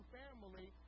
family